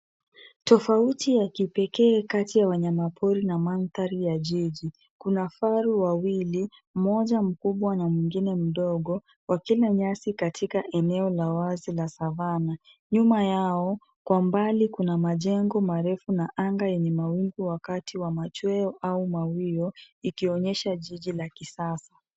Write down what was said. Tofauti ya kipekee kati ya wanyamapori na mandhari ya jiji. Kuna faru wawili, mmoja mkubwa na mwingine mdogo, wakila nyasi katika eneo la wazi la Savana. Nyuma yao kwa mbali kuna majengo marefu na anga yenye mawingu wakati wa machweo au mawio, ikionyesha jiji la kisasa.